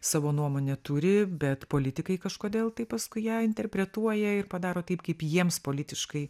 savo nuomonę turi bet politikai kažkodėl tai paskui ją interpretuoja ir padaro taip kaip jiems politiškai